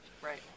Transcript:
right